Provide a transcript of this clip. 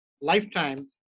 lifetime